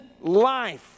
life